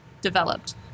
developed